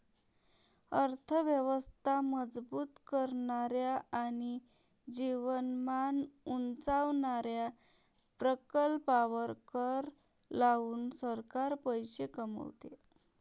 अर्थ व्यवस्था मजबूत करणाऱ्या आणि जीवनमान उंचावणाऱ्या प्रकल्पांवर कर लावून सरकार पैसे कमवते